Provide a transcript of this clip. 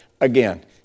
again